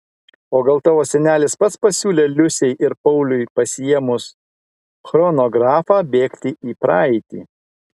o gal tavo senelis pats pasiūlė liusei ir pauliui pasiėmus chronografą bėgti į praeitį